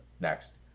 next